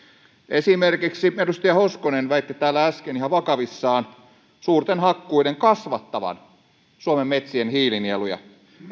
esimerkiksi edustaja hoskonen väitti täällä äsken ihan vakavissaan suurten hakkuiden kasvattavan suomen metsien hiilinieluja